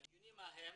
בדיונים ההם